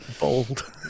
Bold